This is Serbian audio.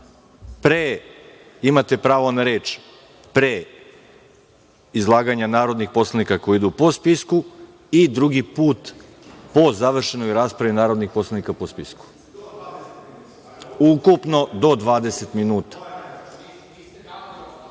puta, imate pravo na reč pre izlaganja narodnih poslanika koji idu po spisku i drugi put po završenoj raspravi narodnih poslanika po spisku, ukupno do 20 minuta.(Saša